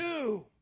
two